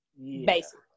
basic